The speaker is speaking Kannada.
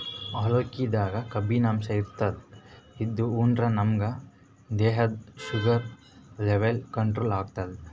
ಅವಲಕ್ಕಿದಾಗ್ ಕಬ್ಬಿನಾಂಶ ಇರ್ತದ್ ಇದು ಉಂಡ್ರ ನಮ್ ದೇಹದ್ದ್ ಶುಗರ್ ಲೆವೆಲ್ ಕಂಟ್ರೋಲ್ ಮಾಡ್ತದ್